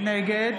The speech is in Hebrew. נגד